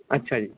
ਅੱਛਾ ਜੀ